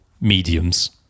mediums